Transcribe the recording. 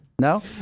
No